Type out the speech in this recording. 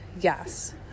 yes